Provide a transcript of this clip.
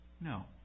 no